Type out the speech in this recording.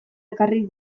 ekarri